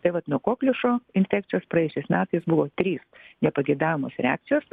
tai vat nuo kokliušo infekcijos praėjusiais metais buvo trys nepageidaujamos reakcijos